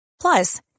Plus